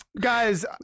Guys